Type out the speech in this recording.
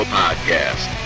podcast